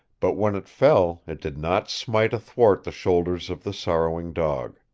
but when it fell it did not smite athwart the shoulders of the sorrowing dog.